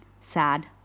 Sad